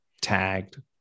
tagged